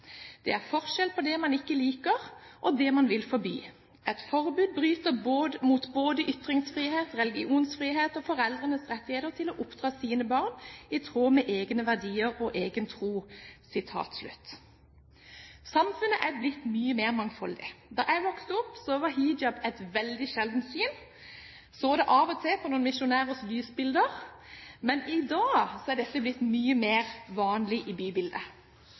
Det er forskjell på det man ikke liker, og det man vil forby. Et forbud bryter mot både ytringsfrihet, religionsfrihet og foreldres rettigheter til å oppdra sine barn i tråd med egne verdier og egen tro.» Samfunnet er blitt mye mer mangfoldig. Da jeg vokste opp, var hijab et veldig sjeldent syn. Man så det av og til på noen misjonærers lysbilder, men i dag er dette blitt mye mer vanlig i bybildet.